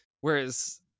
whereas